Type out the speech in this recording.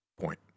point